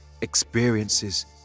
experiences